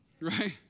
Right